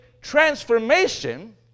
transformation